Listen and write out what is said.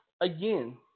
again